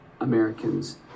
Americans